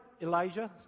Elijah